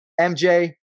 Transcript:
MJ